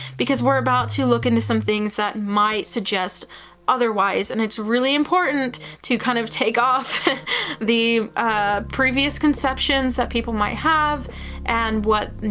because we're about to look into some things that might suggest otherwise, and it's really important to kind of take off the previous conceptions that people might have and what,